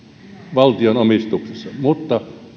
valtion omistuksessa mutta